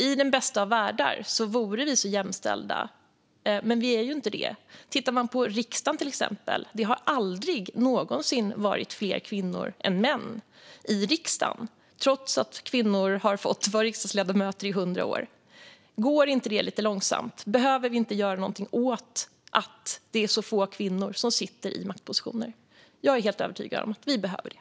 I den bästa av världar vore vi jämställda, men vi är ju inte det. Det har till exempel aldrig någonsin varit fler kvinnor än män i riksdagen, trots att kvinnor har fått vara riksdagsledamöter i hundra år. Går det inte lite långsamt? Behöver vi inte göra någonting åt att det är så få kvinnor i maktpositioner? Jag är helt övertygad om att vi behöver det.